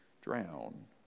drown